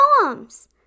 poems